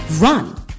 run